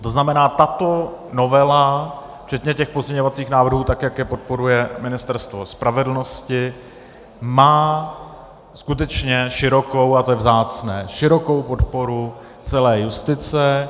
To znamená, že tato novela, včetně těch pozměňovacích návrhů, tak jak je podporuje Ministerstvo spravedlnosti, má skutečně širokou a to je vzácné širokou podporu celé justice.